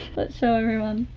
lets show everyone.